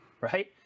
Right